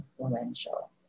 influential